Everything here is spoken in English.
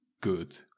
good